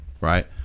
right